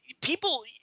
People